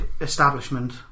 establishment